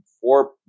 four